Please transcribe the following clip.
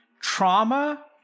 Trauma